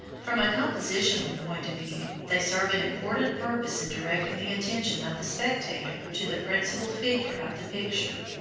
from a compositional point of view they serve an important purpose in directing the attention of the spectator to the principal figure of the picture.